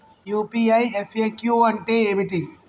UPI FAQ అంటే ఏమిటి?